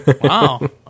Wow